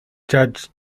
judge